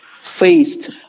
faced